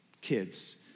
kids